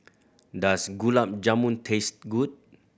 does Gulab Jamun taste good